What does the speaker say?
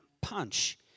punch